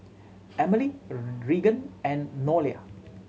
Emely Regan and Nolia